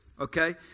okay